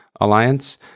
alliance